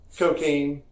cocaine